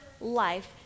life